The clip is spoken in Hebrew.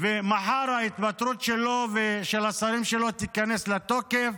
ומחר ההתפטרות שלו ושל השרים שלו תיכנס לתוקף.